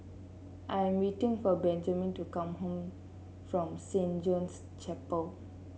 I'm waiting for Benjman to come home from Saint John's Chapel